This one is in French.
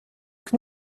que